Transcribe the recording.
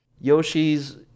Yoshi's